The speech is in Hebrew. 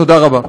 תודה רבה.